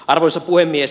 arvoisa puhemies